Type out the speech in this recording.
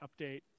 update